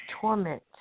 torment